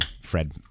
Fred